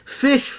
Fish